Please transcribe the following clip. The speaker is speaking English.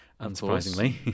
unsurprisingly